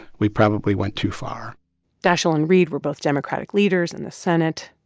we probably went too far daschle and reid were both democratic leaders in the senate.